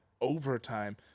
overtime